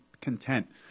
content